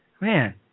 man